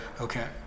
Okay